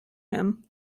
him